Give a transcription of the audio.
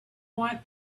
want